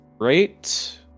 right